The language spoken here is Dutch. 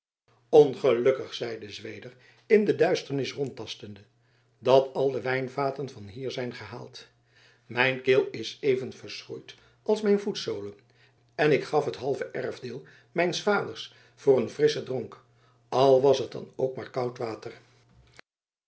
ongelukkig zeide zweder in de duisternis rondtastende dat al de wijnvaten hier vandaan zijn gehaald mijn keel is even verschroeid als mijn voetzolen en ik gaf het halve erfdeel mijns vaders voor een frisschen dronk al was het dan ook maar koud water